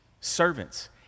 servants